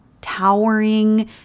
towering